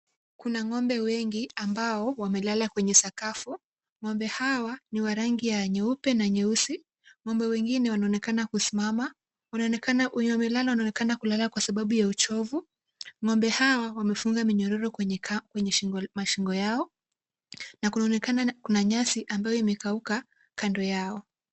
Kuna ng'ombe wengi ambao wamelala kwenye sakafu, ng'ombe hawa ni wa rangi ya nyeupe na nyeusi.Ng'ombe wengine wanaonekana kusimama, wenye wamelala wanaonekana kulala kwa sababu ya uchovu.Ng'ombe hawa wamefungwa minyororo kwenye shingo zao na kunaonekana kuna nyasi ambayo imekauka kando yao.